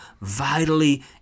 vitally